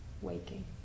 waking